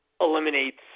eliminates